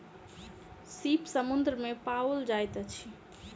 सीप समुद्र में पाओल जाइत अछि